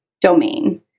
domain